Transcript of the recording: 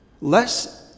Less